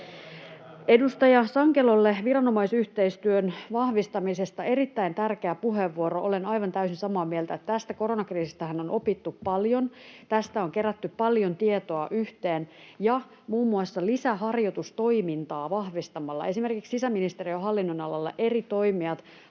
Edustaja Sankelolle viranomaisyhteistyön vahvistamisesta: Erittäin tärkeä puheenvuoro. Olen aivan täysin samaa mieltä. Koronakriisistähän on opittu paljon. Tästä on kerätty paljon tietoa yhteen, ja muun muassa lisäharjoitustoimintaa vahvistamalla — esimerkiksi sisäministeriön hallinnonalalla eri toimijat